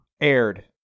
aired